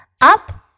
Up